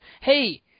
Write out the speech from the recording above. Hey